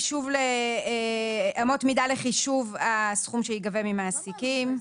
לאמות מידה לחישוב הסכום שייגבה ממעסיקים.